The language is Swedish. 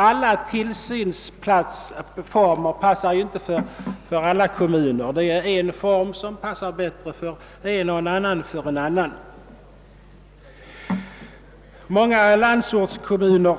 Alla tillsynsformer passar inte alla kommuner; en form passar bättre i den ena kommunen och en annan passar bättre i den andra. Många landsortskommuner